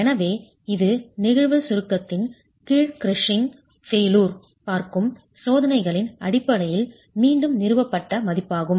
எனவே இது நெகிழ்வு சுருக்கத்தின் கீழ் கிருஷிங் ஃபெயிலூர் பார்க்கும் சோதனைகளின் அடிப்படையில் மீண்டும் நிறுவப்பட்ட மதிப்பாகும்